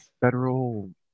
federal